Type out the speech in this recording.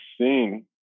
seen